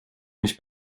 mich